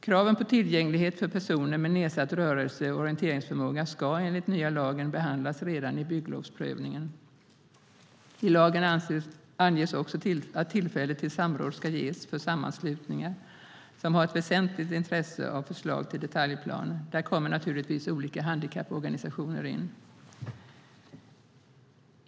Kraven på tillgänglighet för personer med nedsatt rörelse och orienteringsförmåga ska enligt nya lagen behandlas redan i bygglovsprövningen. I lagen anges också att tillfälle till samråd ska ges för sammanslutningar som har ett väsentligt intresse av förslag till detaljplan, och här kommer naturligtvis olika handikapporganisationer in.